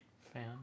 Fan